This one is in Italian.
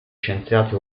scienziati